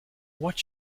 what